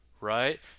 right